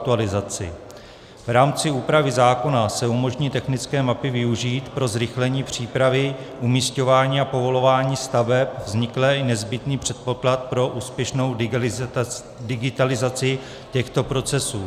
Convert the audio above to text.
V rámci úpravy zákona se umožní technické mapy využít pro zrychlení přípravy umisťování a povolování staveb, vznikne i nezbytný předpoklad pro úspěšnou digitalizaci těchto procesů.